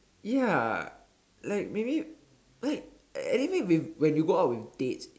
ya like maybe like anyway when you go out with dates